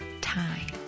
time